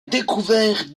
découvert